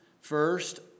first